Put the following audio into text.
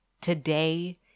today